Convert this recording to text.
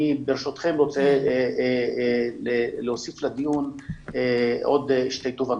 ברשותכם, אני רוצה להוסיף לדיון עוד שתי תובנות.